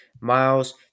Miles